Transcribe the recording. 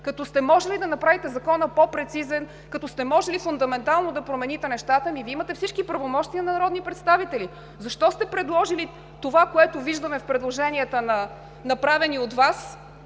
Като сте можели да направите Закона по-прецизен, като сте можели фундаментално да промените нещата, ами Вие имате всички правомощия на народни представители. Защо сте предложили това, което виждаме в предложенията, направени от Вас,